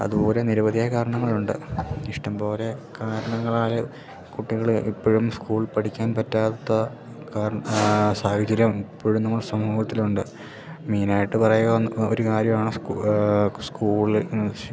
അതുപോലെ നിരവധിയായ കാരണങ്ങളുണ്ട് ഇഷ്ടംപോലെ കാരണങ്ങളാൽ കുട്ടികള് ഇപ്പഴും സ്കൂൾ പഠിക്കാൻ പറ്റാത്ത കാര സാഹചര്യം ഇപ്പോഴും നമ്മുടെ സമൂഹത്തിലുണ്ട് മെയിനായിട്ട് പറയുവാന്ന് ഒരു കാര്യമാണ് സ്കൂ സ്കൂളിൽ